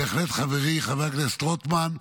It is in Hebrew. בהחלט, חברי חבר הכנסת רוטמן,